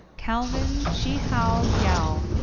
calvin chih-hao yao.